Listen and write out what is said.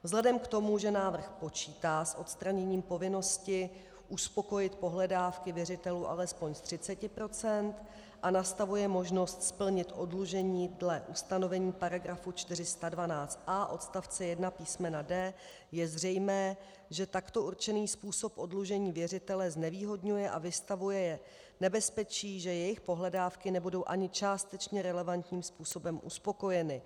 Vzhledem k tomu, že návrh počítá s odstraněním povinnosti uspokojit pohledávky věřitelů alespoň z 30 % a nastavuje možnost splnit oddlužení dle ustanovení § 412a odst. 1 písm. d), je zřejmé, že takto určený způsob oddlužení věřitele znevýhodňuje a vystavuje je nebezpečí, že jejich pohledávky nebudou ani částečně relevantním způsobem uspokojeny.